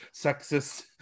sexist